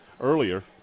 earlier